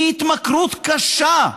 היא התמכרות קשה,